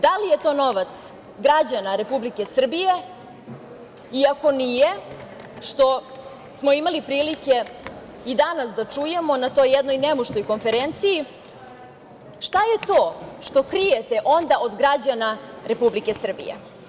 Da li je to novac građana Republike Srbije i ako nije, što smo imali prilike i danas da čujemo na toj jednoj nemuštoj konferenciji, šta je to što krijete onda od građana Republike Srbije?